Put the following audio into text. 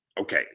Okay